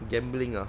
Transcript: gambling ah